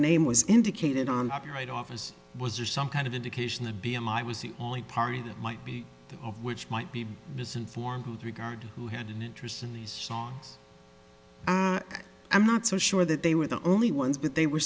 name was indicated on your right office was there some kind of indication that b m i was the only party that might be of which might be misinformed with regard to who had an interest in these songs i'm not so sure that they were the only ones but they were